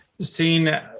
seen